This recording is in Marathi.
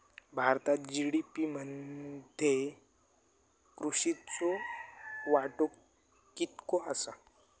भारतात जी.डी.पी मध्ये कृषीचो वाटो कितको आसा?